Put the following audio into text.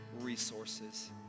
resources